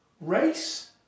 Race